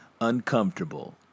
uncomfortable